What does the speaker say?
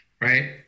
Right